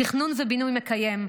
תכנון ובינוי מקיים,